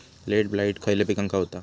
Late blight खयले पिकांका होता?